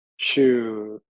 shoot